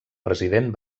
president